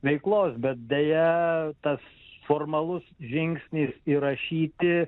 veiklos bet deja tas formalus žingsnis įrašyti